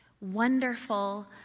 Wonderful